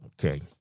Okay